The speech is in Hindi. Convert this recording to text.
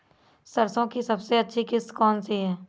सरसो की सबसे अच्छी किश्त कौन सी है?